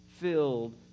filled